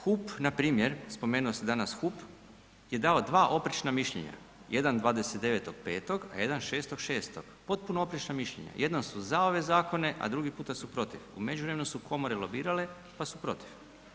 HUP npr. spomenuo se danas HUP je dao dva oprečna mišljenja, jedan 29.5. a jedan 6.6. potpuno oprečna mišljenja, jednom su za ove zakone a drugi puta su protiv, u međuvremenu su komore lobirale pa su protiv.